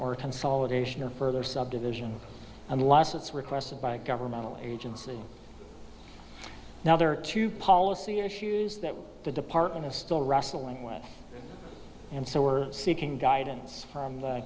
or consolidation or further subdivision unless it's requested by a governmental agency now there are two policy issues that the department is still wrestling with and so we're seeking guidance from